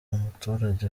umuturage